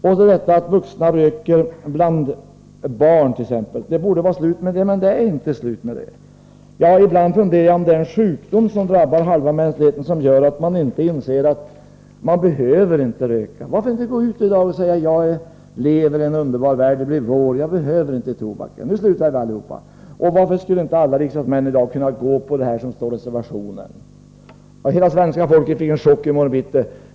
Till detta kommer vuxnas rökning bland barn t.ex. Det borde vara slut med det, men så är det inte. Jag har ibland funderat på om det är en sjukdom som drabbar halva mänskligheten och som gör att man inte inser att man inte behöver röka. Varför kan man i dag inte säga att man lever i en underbar värld? Det blir vår. Jag behöver inte tobaken. Nu slutar vi alla att röka. Varför skulle alla riksdagsmän i dag inte kunna ansluta sig till det som står i reservationen? Hela svenska folket skulle då få en chock i morgon bitti.